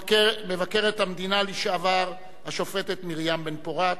מבקרת המדינה לשעבר השופטת מרים בן-פורת,